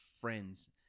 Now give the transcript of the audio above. friends